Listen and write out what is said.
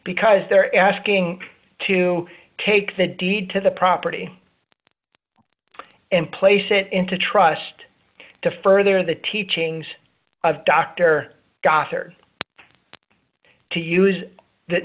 because they're asking to take the deed to the property and place it into trust to further the teachings of dr gosar to use that